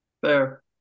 Fair